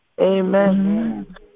Amen